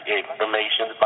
information